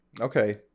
okay